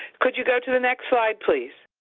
could you go to the next slide, please.